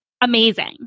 amazing